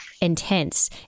intense